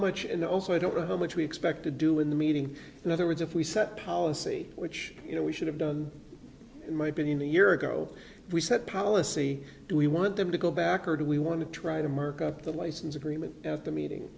much and also i don't know how much we expect to do in the meeting in other words if we set policy which you know we should have done in my opinion a year ago we set policy we want them to go back or do we want to try to mark up the license agreement at the meeting